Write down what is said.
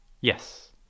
Yes